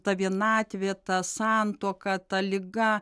ta vienatvė ta santuoka ta liga